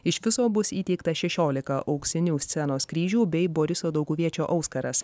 iš viso bus įteikta šešiolika auksinių scenos kryžių bei boriso dauguviečio auskaras